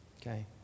Okay